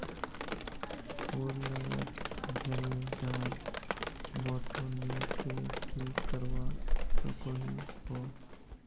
फूल अगर झरे जहा बोठो नी ते की करवा सकोहो ही?